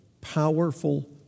powerful